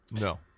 No